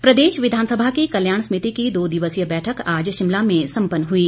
समिति बैठक प्रदेश विधानसभा की कल्याण समिति की दो दिवसीय बैठक आज शिमला में सम्पन्न हई